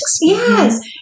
Yes